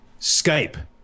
Skype